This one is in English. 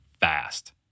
fast